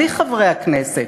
בלי חברי הכנסת.